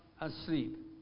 asleep